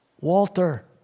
Walter